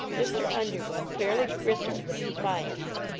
mr. underwood fairly bristled with defiance,